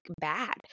bad